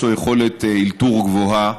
יש לו יכולת אלתור גבוהה,